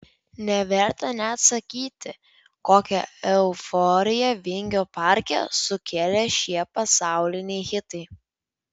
neverta net sakyti kokią euforiją vingio parke sukėlė šie pasauliniai hitai